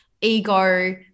ego